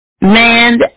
man